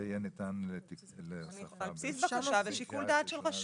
זה יהיה ניתן להוספה בקריאה ראשונה ושנייה?